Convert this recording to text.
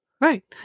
Right